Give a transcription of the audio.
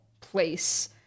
place